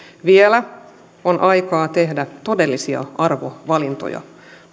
vielä on aikaa tehdä todellisia arvovalintoja